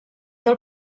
del